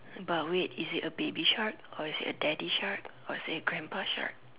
but wait is it a baby shark or is it a daddy shark or is it a grandpa shark